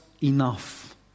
enough